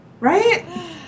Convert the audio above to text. Right